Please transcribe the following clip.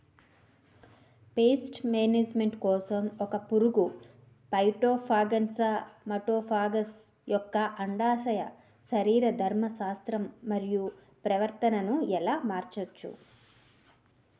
Paste management కోసం ఒక పురుగు ఫైటోఫాగస్హె మటోఫాగస్ యెక్క అండాశయ శరీరధర్మ శాస్త్రం మరియు ప్రవర్తనను ఎలా మార్చచ్చు?